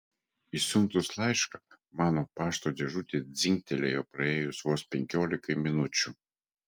išsiuntus laišką mano pašto dėžutė dzingtelėjo praėjus vos penkiolikai minučių